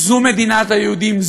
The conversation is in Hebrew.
זו מדינת היהודים,